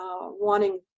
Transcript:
wanting